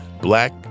black